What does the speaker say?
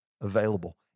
Available